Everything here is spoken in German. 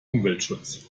umweltschutz